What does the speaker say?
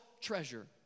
treasure